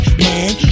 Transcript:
man